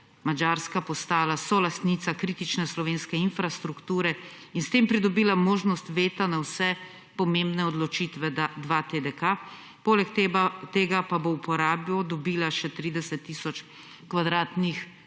Madžarska postala solastnica kritične slovenske infrastrukture in s tem pridobila možnost veta na vse pomembne odločitve 2TDK. Poleg tega pa bo v uporabo dobila še 30 tisoč kvadratnih